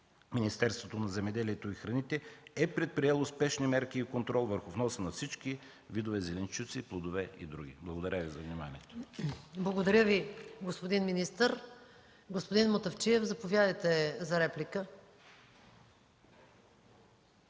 Министерството на земеделието и храните е предприело спешни мерки и контрол върху вноса на всички видове зеленчуци, плодове и други. Благодаря Ви за вниманието. ПРЕДСЕДАТЕЛ МАЯ МАНОЛОВА: Благодаря Ви, господин министър. Господин Мутафчиев, заповядайте за реплика.